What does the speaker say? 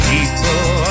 People